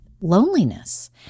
loneliness